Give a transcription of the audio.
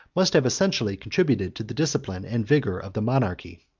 must have essentially contributed to the discipline and vigor of the monarchy.